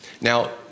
Now